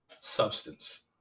substance